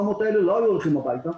700 האסירים האלה לא היו הולכים הביתה,